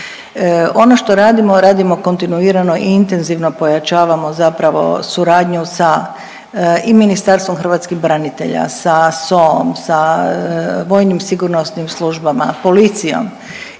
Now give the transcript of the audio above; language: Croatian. Ono što radimo, radimo kontinuirano i intenzivno pojačavamo zapravo suradnju sa i Ministarstvom hrvatskih branitelja, sa SOA-om, sa vojnim sigurnosnim službama, policijom